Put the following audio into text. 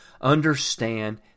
understand